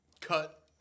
cut